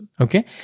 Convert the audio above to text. Okay